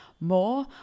More